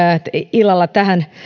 illalla tähän